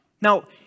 Now